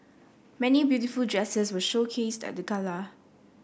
many beautiful dresses were showcased at the gala